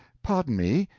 pardon me,